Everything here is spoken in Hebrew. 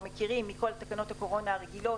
מכירים מכל תקנות הקורונה הרגילות: